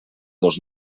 dos